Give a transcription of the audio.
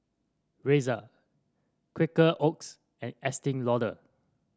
Razer Quaker Oats and Estee Lauder